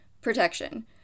protection